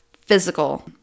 physical